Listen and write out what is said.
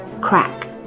crack